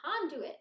conduit